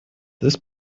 this